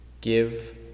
give